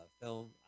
film